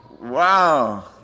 wow